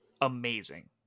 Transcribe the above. amazing